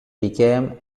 became